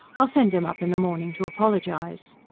i'll send him up in the morning, to apologise.